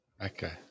Okay